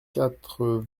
quatre